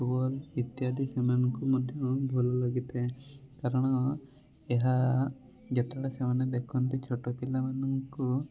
football ଇତ୍ୟାଦି ସେମାନଙ୍କୁ ମଧ୍ୟ ଭଲ ଲାଗିଥାଏ କାରଣ ଏହା ଯେତେବେଳେ ସେମାନେ ଦେଖନ୍ତି ଛୋଟପିଲାମାନଙ୍କୁ